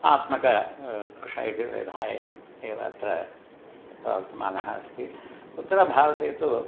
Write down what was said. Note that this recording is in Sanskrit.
आत्मक कृष्णयजुर्वेदः एव् एव अत्र प्रवर्तमानः अस्ति उत्तरभारते तु